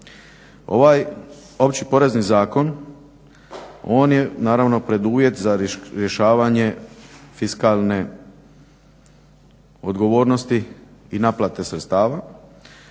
Ovaj Opći porezni zakon, on je naravno preduvjet za rješavanje fiskalne odgovornosti i naplate sredstava